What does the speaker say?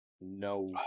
No